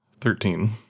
Thirteen